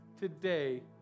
today